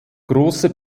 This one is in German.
große